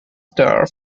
star